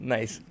Nice